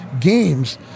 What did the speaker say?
games